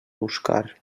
buscar